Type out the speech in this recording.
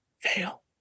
fail